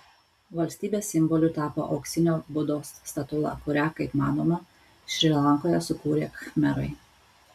valstybės simboliu tapo auksinio budos statula kurią kaip manoma šri lankoje sukūrė khmerai